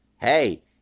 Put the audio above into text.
Hey